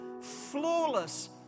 flawless